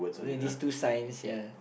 don't have this two signs ya